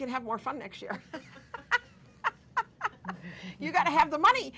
can have more fun next year you got to have the money